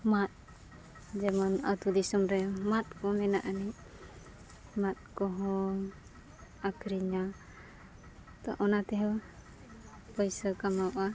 ᱢᱟᱫ ᱡᱮᱢᱚᱱ ᱟᱹᱛᱩ ᱫᱤᱥᱚᱢ ᱨᱮ ᱢᱟᱫ ᱠᱚ ᱢᱮᱱᱟᱜᱼᱟ ᱢᱟᱫ ᱠᱚᱦᱚᱸ ᱟᱹᱠᱷᱨᱤᱧᱟ ᱛᱚ ᱚᱱᱟ ᱛᱮᱦᱚᱸ ᱯᱚᱭᱥᱟ ᱠᱟᱢᱟᱣᱚᱜᱼᱟ